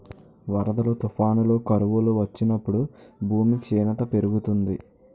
వరదలు, తుఫానులు, కరువులు వచ్చినప్పుడు భూమి క్షీణత పెరుగుతుంది